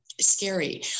scary